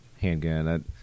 handgun